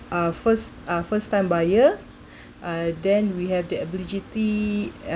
uh first uh first time buyer uh then we have the ability